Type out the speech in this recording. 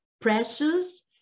precious